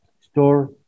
store